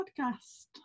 podcast